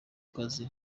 kazi